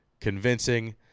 Convincing